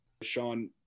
Sean